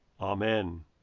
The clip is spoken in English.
Amen